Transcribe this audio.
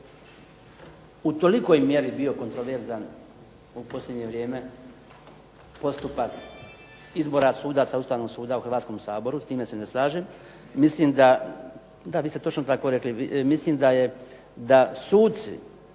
u tolikoj mjeri bio kontroverzan u posljednje vrijeme postupak izbora sudaca Ustavnog suda u Hrvatskom saboru, s time se ne slažem. Mislim da vi ste točno tako rekli, mislim da suci,